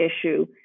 issue